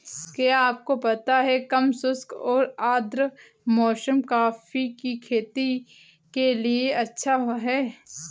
क्या आपको पता है कम शुष्क और आद्र मौसम कॉफ़ी की खेती के लिए अच्छा है?